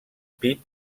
pit